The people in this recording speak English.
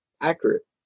accurate